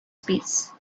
peace